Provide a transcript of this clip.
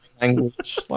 language